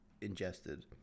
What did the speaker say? ingested